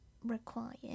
required